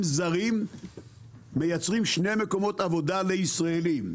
זרים מייצרים שני מקומות עבודה לישראלים,